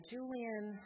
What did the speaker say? Julian